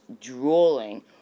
drooling